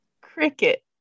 Cricket